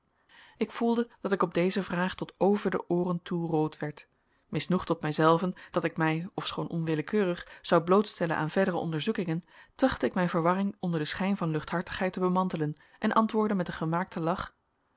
ik voelde dat ik op deze vraag tot over de ooren toe rood werd misnoegd op mijzelven dat ik mij ofschoon onwillekeurig zou blootstellen aan verdere onderzoekingen trachtte ik mijn verwarring onder den schijn van luchthartigheid te bemantelen en antwoordde met een gemaakten lach